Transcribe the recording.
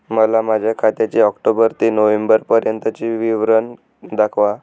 मला माझ्या खात्याचे ऑक्टोबर ते नोव्हेंबर पर्यंतचे विवरण दाखवा